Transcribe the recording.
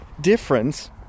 difference